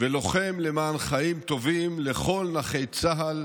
ולוחם למען חיים טובים לכל נכי צה"ל